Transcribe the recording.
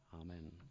Amen